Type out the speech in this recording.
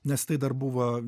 nes tai dar buvo